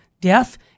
death